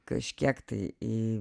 kažkiek tai į